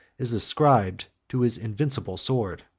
is ascribed to his invincible sword.